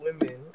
women